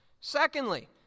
secondly